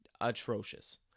atrocious